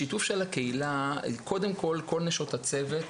השיתוף של הקהילה קודם כל, כל נשות הצוות,